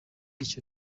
icyo